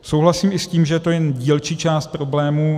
Souhlasím i s tím, že to je jen dílčí část problému.